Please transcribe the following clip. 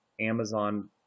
Amazon